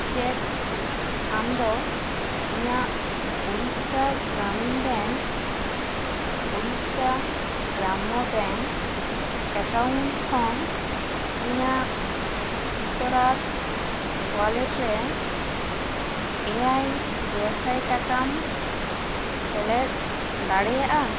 ᱪᱮᱫ ᱟᱢᱫᱚ ᱤᱧᱟᱹᱜ ᱳᱲᱤᱥᱟ ᱜᱨᱟᱢᱤᱱ ᱵᱮᱝᱠ ᱳᱲᱤᱥᱟ ᱜᱨᱟᱢᱚ ᱵᱮᱝᱠ ᱮᱠᱟᱣᱩᱱᱴ ᱠᱷᱚᱱ ᱤᱧᱟᱹᱜ ᱥᱤᱛᱨᱟᱥ ᱚᱣᱟᱞᱮᱴ ᱨᱮ ᱮᱭᱟᱭ ᱜᱮᱥᱟᱭ ᱴᱟᱠᱟᱢ ᱥᱮᱞᱮᱫ ᱫᱟᱲᱮᱭᱟᱜᱼᱟ